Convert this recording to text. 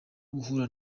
guhura